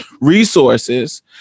resources